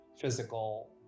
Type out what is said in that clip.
physical